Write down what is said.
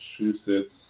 Massachusetts